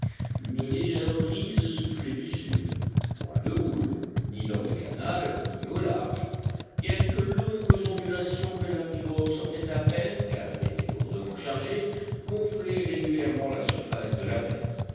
une légère brise soufflait du sud point de houle ni dans le canal ni au large quelques longues ondulations que la pirogue sentait à peine car elle était lourdement chargée gonflaient régulièrement la surface de la mer